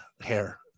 hair